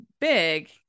big